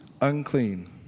unclean